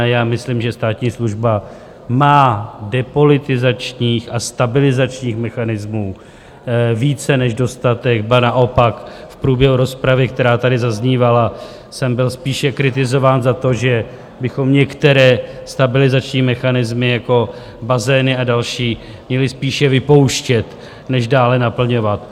Já myslím, že státní služba má depolitizačních a stabilizačních mechanismů více než dostatek, ba naopak, v průběhu rozpravy, která tady zaznívala, jsem byl spíše kritizován za to, že bychom některé stabilizační mechanismy, jako bazény a další, měli spíše vypouštět než dále naplňovat.